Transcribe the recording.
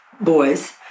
Boys